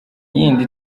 yindi